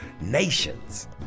nations